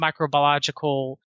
microbiological